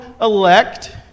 elect